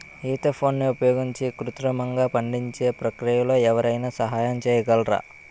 ఈథెఫోన్ని ఉపయోగించి కృత్రిమంగా పండించే ప్రక్రియలో ఎవరైనా సహాయం చేయగలరా?